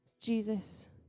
Jesus